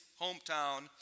hometown